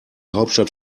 hauptstadt